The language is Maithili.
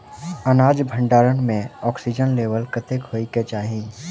अनाज भण्डारण म ऑक्सीजन लेवल कतेक होइ कऽ चाहि?